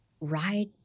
ride